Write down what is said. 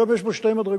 היום יש בו שתי מדרגות.